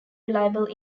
reliable